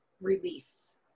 release